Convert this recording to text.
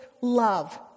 love